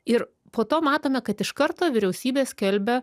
ir po to matome kad iš karto vyriausybė skelbia